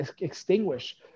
extinguish